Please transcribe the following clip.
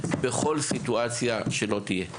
בכל סיטואציה שלא תהיה.